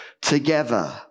together